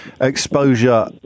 exposure